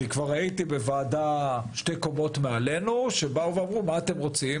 נכחתי בוועדה שהתכנסה שתי קומות מעלינו שבאו ואמרו: "מה אתם רוצים,